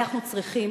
אנחנו צריכים